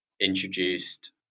introduced